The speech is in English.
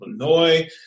Illinois